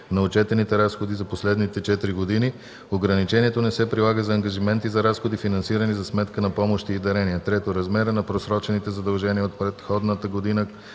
на отчетените разходи за последните четири години; ограничението не се прилага за ангажименти за разходи, финансирани за сметка на помощи и дарения; 3. размера на просрочените задължения от предходната година,